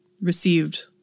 Received